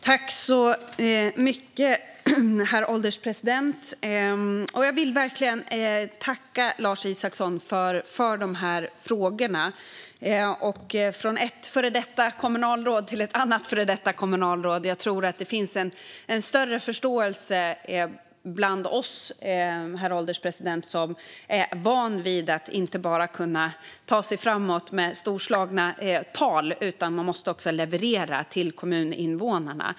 Herr ålderspresident! Jag vill verkligen tacka Lars Isacsson för dessa frågor från ett före detta kommunalråd till ett annat. Jag tror, herr ålderspresident, att det finns en större förståelse bland oss, som är vana vid att inte bara kunna ta oss framåt med storslagna tal - vi måste också leverera till kommuninvånarna.